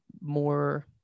more